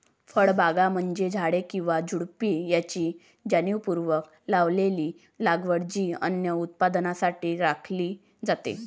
फळबागा म्हणजे झाडे किंवा झुडुपे यांची जाणीवपूर्वक लावलेली लागवड जी अन्न उत्पादनासाठी राखली जाते